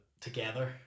Together